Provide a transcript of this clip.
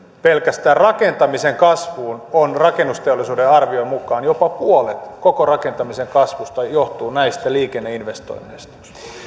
pelkästään rakentamisen kasvuun on rakennusteollisuuden arvion mukaan se että jopa puolet koko rakentamisen kasvusta johtuu näistä liikenneinvestoinneista